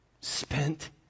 spent